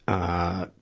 ah,